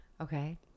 Okay